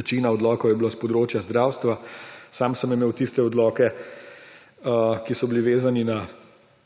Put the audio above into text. večina odlokov je bilo s področja zdravstva, sam sem imel tiste odloke, ki so bili vezani na